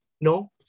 No